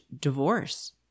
divorce